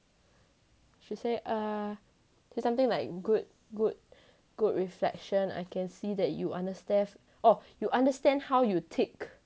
she say err there's something like good good good reflection I can see that you understand oh you understand how you tick